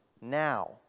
now